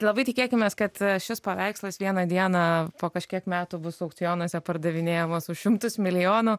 labai tikėkimės kad šis paveikslas vieną dieną po kažkiek metų bus aukcionuose pardavinėjamas už šimtus milijonų